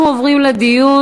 אנחנו עוברים לדיון.